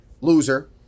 Loser